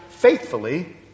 faithfully